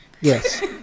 Yes